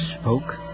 spoke